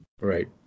Right